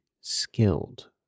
skilled